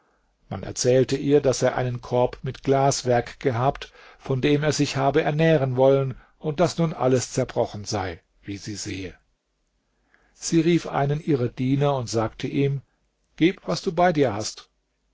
man erzählte ihr daß er einen korb mit glaswerk gehabt von dem er sich habe ernähren wollen und daß nun alles zerbrochen sei wie sie sehe sie rief einen ihrer diener und sagte ihm gib was du bei dir hast